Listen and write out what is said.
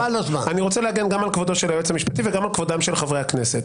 אני רוצה להגן גם על כבודו של היועץ המשפטי וגם על כבודם של חברי הכנסת.